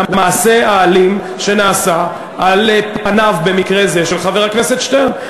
של המעשה האלים שנעשה על פניו במקרה זה של חבר כנסת שטרן.